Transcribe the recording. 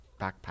backpack